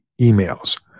emails